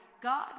God